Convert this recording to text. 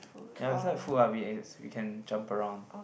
ya we start with food ah we can jump around